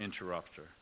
interrupter